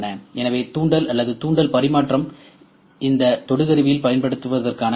எனவே தூண்டல் அல்லது தூண்டல் பரிமாற்றம் இந்த தொடு கருவியில் பயன்படுத்துவதற்கான கொள்கையாகும்